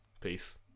peace